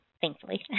thankfully